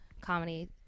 comedy